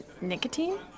Nicotine